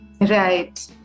right